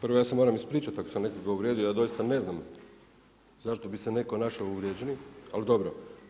Prvo ja se moram ispričati ako sam nekoga uvrijedio, ja doista ne znam zašto bi se netko našao uvrijeđenim, ali dobro.